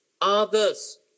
others